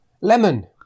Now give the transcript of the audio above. lemon